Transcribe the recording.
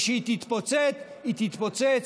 וכשהיא תתפוצץ היא תתפוצץ